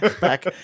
back